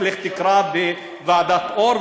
לך תקרא בוועדת אור,